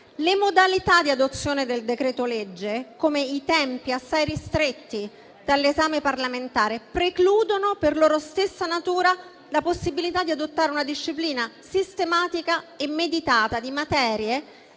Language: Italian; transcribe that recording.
Le modalità di adozione del decreto-legge, come i tempi assai ristretti dell'esame parlamentare, precludono per loro stessa natura la possibilità di adottare una disciplina sistematica e meditata di materie